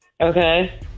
Okay